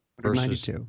versus